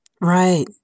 Right